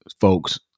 folks